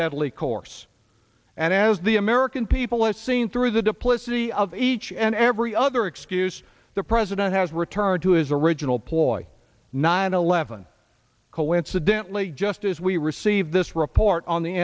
deadly course and as the american people as seen through the diplomacy of each and every other excuse the president has returned to his original ploy nine eleven coincidently just as we received this report on the